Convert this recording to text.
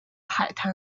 海滩